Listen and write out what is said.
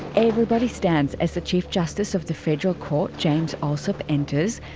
everybody stands as the chief justice of the federal court james allsop enters,